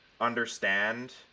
understand